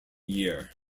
year